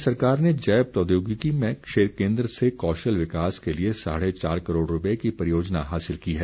राज्य सरकार ने जैव प्रौद्योगिकी में केन्द्र से कौशल विकास के लिए साढ़े चार करोड़ रूपए की परियोजना हासिल की है